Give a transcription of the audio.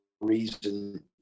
reason